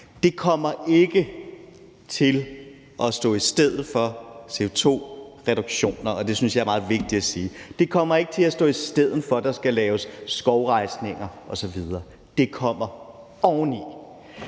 Det kommer ikke til at træde i stedet for CO2-reduktioner. Det synes jeg er meget vigtigt at sige. Det kommer ikke til at træde i stedet for, at der skal laves skovrejsninger osv. Det kommer oveni.